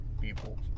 people